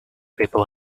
people